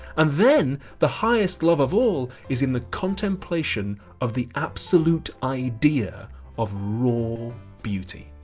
and then the highest love of all is in the contemplation of the absolute idea of raw beauty.